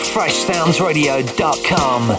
FreshSoundsRadio.com